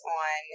on